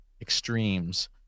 extremes